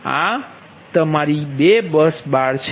આ તમારી 2 bus bar છે